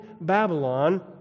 Babylon